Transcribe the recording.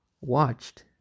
Watched